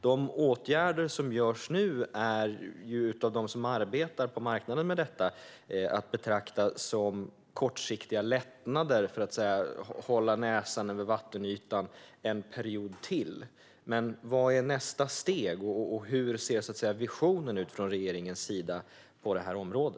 De åtgärder som nu görs av dem som arbetar med detta på marknaden är att betrakta som kortsiktiga lättnader för att så att säga hålla näsan över vattenytan ett tag till. Vad är nästa steg, och hur ser regeringens vision ut på detta område?